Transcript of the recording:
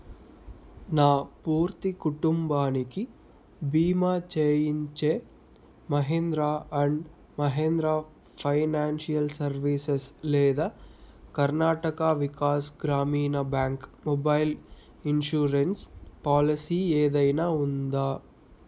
నా పూర్తి కుటుంబానికి బీమా చేయించే Mahindra and Mahindra Financial Services లేదా Karnataka Vikas Grameena Bank mobile insurance policy ఏదైనా ఉందా